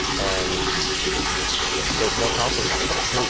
and there is no compromise. ah